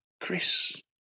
Chris